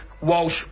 Walsh